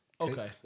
Okay